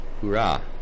Hoorah